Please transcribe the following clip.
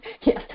yes